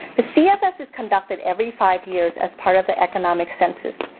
the cfs is conducted every five years as part of the economic census.